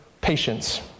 patience